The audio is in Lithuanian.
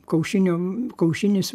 kaušinio kaušinis